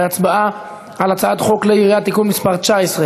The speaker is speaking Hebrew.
בהצבעה על הצעת חוק כלי הירייה (תיקון מס' 19),